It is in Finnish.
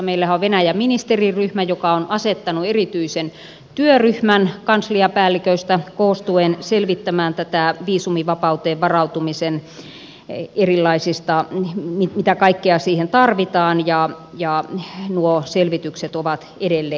meillähän on venäjä ministeriryhmä joka on asettanut erityisen työryhmän kansliapäälliköistä koostuen selvittämään viisumivapauteen varautumista mitä kaikkea siihen tarvitaan ja nuo selvitykset ovat edelleen kesken